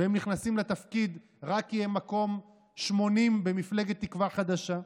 והם נכנסים לתפקיד רק כי הם במקום 80 במפלגת תקווה חדשה.